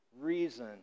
reason